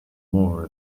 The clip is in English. more